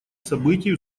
событий